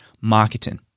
marketing